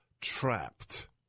trapped